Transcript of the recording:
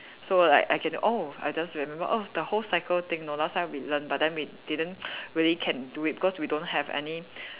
so like I can oh I just remembered oh the whole cycle thing know last time we learn but then we didn't really can do it because we don't have any